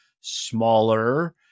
smaller